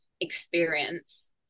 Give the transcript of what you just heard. experience